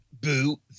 Boo